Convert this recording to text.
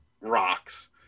rocks